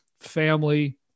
family